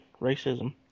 racism